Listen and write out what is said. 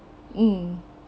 mm